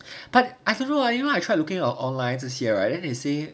but I don't know leh you know I try looking at online 这些 right then they say